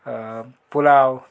pulao